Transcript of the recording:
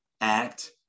act